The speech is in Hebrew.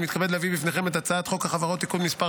אני מתכבד להביא בפניכם את הצעת חוק החברות (תיקון מס'